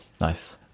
nice